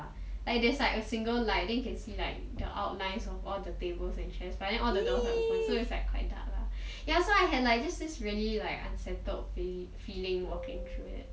like there's like a single light then you can see like the outlines of all the tables and chairs but then all the doors are opened so it's like quite dark ya so I had like just really like unsettled feeling of walking through that